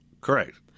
Correct